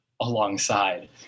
alongside